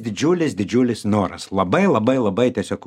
didžiulis didžiulis noras labai labai labai tiesiog